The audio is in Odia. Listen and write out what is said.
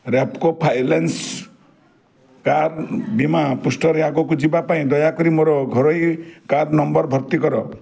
ରେପ୍କୋ ଫାଇନାନ୍ସ କାର୍ ବୀମା ପୃଷ୍ଠାରେ ଆଗକୁ ଯିବା ପାଇଁ ଦୟାକରି ମୋର ଘରୋଇ କାର୍ ନମ୍ବର୍ ଭର୍ତ୍ତି କର